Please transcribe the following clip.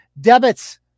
debits